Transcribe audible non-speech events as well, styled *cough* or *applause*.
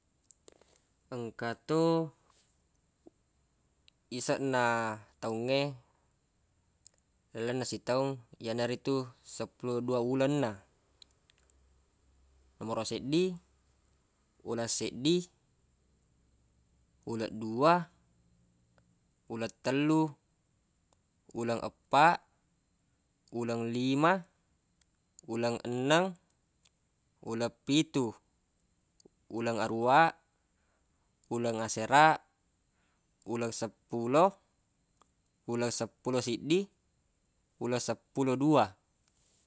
Engka tu iseq na taungnge lalenna sitaung yanaritu seppulo dua ulenna *noise* nomoroq seddi ulesseddi uleddua ulettellu uleng eppa uleng lima uleng enneng uleppitu uleng aruwa uleng aresa uleng seppulo ulesseppulo siddi ulesseppulo dua.